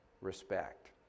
respect